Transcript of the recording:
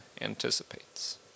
anticipates